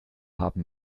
haben